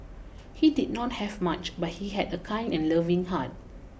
he did not have much but he had a kind and loving heart